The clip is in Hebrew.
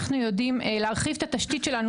אנחנו יודעים להרחיב את התשתית שלנו